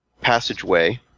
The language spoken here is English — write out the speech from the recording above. passageway